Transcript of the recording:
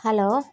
hello